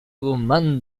guzmán